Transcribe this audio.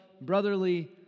brotherly